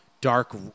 Dark